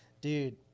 dude